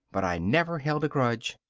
but i never held a grudge.